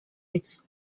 its